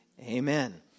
amen